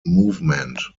movement